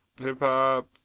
Hip-hop